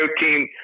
team